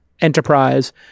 enterprise